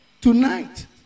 tonight